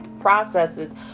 processes